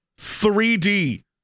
3d